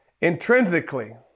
Intrinsically